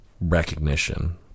recognition